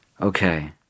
Okay